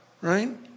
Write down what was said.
right